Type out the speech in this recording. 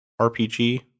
RPG